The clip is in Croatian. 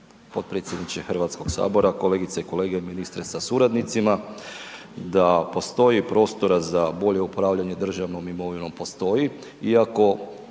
Potpredsjedniče HS, kolegice i kolege, ministre sa suradnicima, da postoji prostora za bolje upravljanje državnom imovinom, postoji iako